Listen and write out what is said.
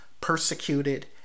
persecuted